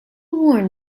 worn